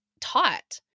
taught